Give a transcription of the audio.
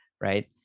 right